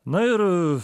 na ir